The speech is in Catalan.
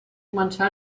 començà